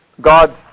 God